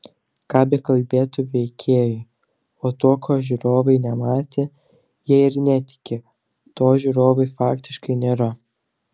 ką bekalbėtų veikėjai o tuo ko žiūrovai nematė jie ir netiki to žiūrovui faktiškai nėra